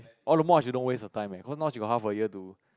all the more I should don't waste her time eh cause now she got half a year to